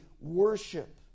worship